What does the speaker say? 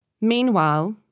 Meanwhile